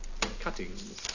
Cuttings